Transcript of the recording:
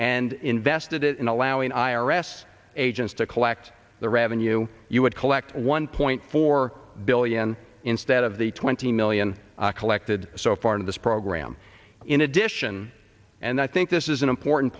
and invested it in allowing i r s agents to collect the revenue you would collect one point four billion instead of the twenty million collected so far in this program in addition and i think this is an important